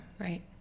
right